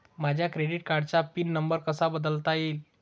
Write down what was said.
माझ्या क्रेडिट कार्डचा pin number कसा बदलता येईल?